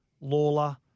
Lawler